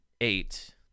eight